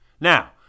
Now